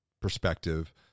perspective